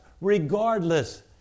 regardless